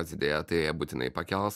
atsidėję tai jie būtinai pakels